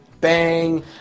bang